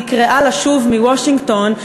לשוב מוושינגטון,